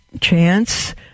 chance